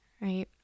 right